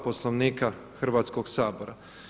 Poslovnika Hrvatskog sabora.